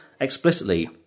explicitly